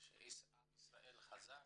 ישראל חזק